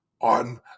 on